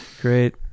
Great